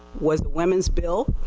was women's bill,